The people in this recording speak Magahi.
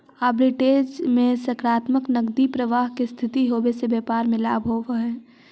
आर्बिट्रेज में सकारात्मक नकदी प्रवाह के स्थिति होवे से व्यापार में लाभ होवऽ हई